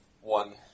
One